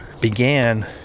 began